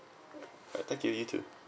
alright thank you you too